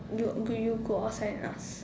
you okay you go outside now